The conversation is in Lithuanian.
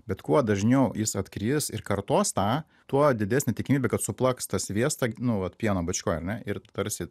bet kuo dažniau jis atkris ir kartos tą tuo didesnė tikimybė kad suplaks tą sviestą nu vat pieno bačkoj ir tarsi